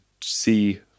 see